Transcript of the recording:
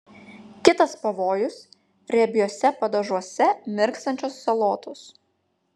kitas pavojus riebiuose padažuose mirkstančios salotos